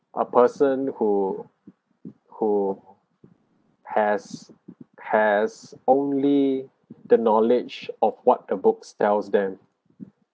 a person who who has has only the knowledge of what the books tells them